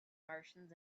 martians